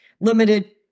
limited